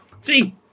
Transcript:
see